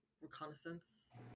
reconnaissance